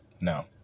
No